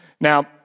Now